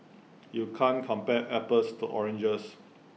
you can't compare apples to oranges